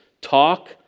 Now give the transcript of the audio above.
talk